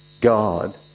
God